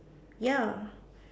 ya